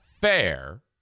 fair